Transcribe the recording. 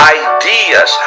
ideas